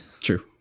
True